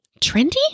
Trendy